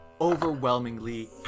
overwhelmingly